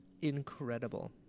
incredible